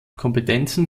kompetenzen